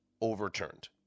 overturned